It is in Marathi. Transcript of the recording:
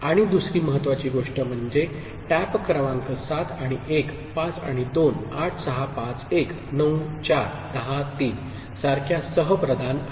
आणि दुसरी महत्वाची गोष्ट म्हणजे टॅप क्रमांक 7 आणि 1 5 आणि 2 8 6 5 1 9 4 10 3 सारख्या सह प्रधान आहेत